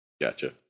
Gotcha